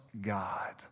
God